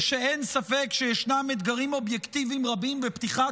ושאין ספק שיש אתגרים אובייקטיביים רבים בפתיחת